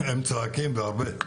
הם צועקים והרבה.